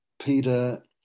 Peter